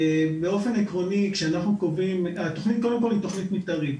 באופן עקרוני, התכנית קודם כל היא תכנית מתארית.